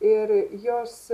ir jos